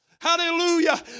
Hallelujah